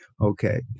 okay